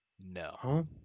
no